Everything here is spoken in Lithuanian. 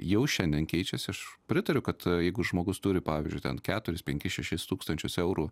jau šiandien keičiasi aš pritariu kad jeigu žmogus turi pavyzdžiui ten keturis penkis šešis tūkstančius eurų